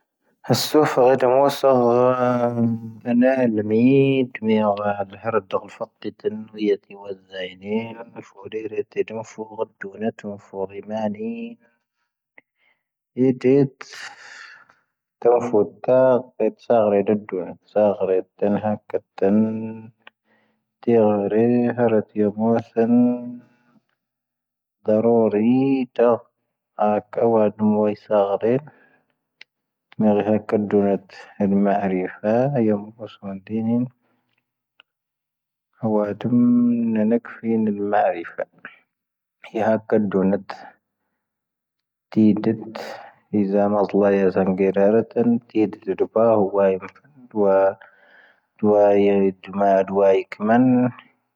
ⵢⴰⴳ ⵀⴰⵇⴰⴷⵓⵏⴰⵜ ⴰⵍ ⵎⴰ'ⴰⵔⴻⴻⴼⴰ ⴰⵉⵢⴰⵎ ⵡⴰ ⵙⵡⴰⵏ ⴷⵉⵏⵉⵏ. ⴰⵡⴰⴷⵓⵏ ⵏⴰⵏⴰⴽⴼⵉⵉⵏ ⴰⵍ ⵎⴰ'ⴰⵔⴻⴻⴼⴰ. ⵢⴰⴳ ⵀⴰⵇⴰⴷⵓⵏⴰⵜ ⵜⵉⴷⵉⵜ. ⵉⵣⴰⵎ ⴰⵣⵍⴰⵢⴰ ⵣⴰⵏⴳⵉⵔⴰⵔⴻⵜ ⴰⵍ ⵜⵉⴷⵉⵜ ⴷⴷⵓ pⴰ. ⵀⵓⵡⴰ'ⵉⵎ ⴷⵡⴰ'ⵢⴰ ⵉⴷⵎⴰⴰ ⴷⵡⴰ'ⵢⵉⴽ ⵎⴰⵏ.